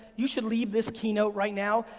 you should leave this keynote right now,